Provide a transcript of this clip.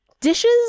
dishes